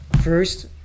First